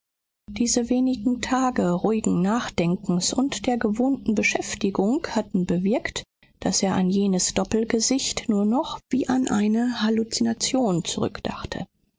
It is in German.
diese wenigen tage ruhigen nachdenkens und der gewohnten beschäftigung hatten bewirkt daß er an jenes doppelgesicht nur noch wie an eine halluzination